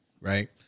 right